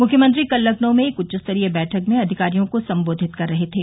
मुख्यमंत्री कल लखनऊ में एक उच्च स्तरीय बैठक में अधिकारियों को संबोधित कर रहे थे